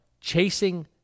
chasing